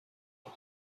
بود